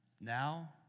Now